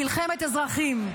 במלחמת אזרחים.